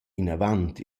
inavant